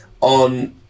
on